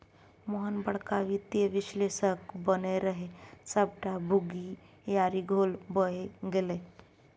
मोहन बड़का वित्तीय विश्लेषक बनय रहय सभटा बुघियारी गोल भए गेलै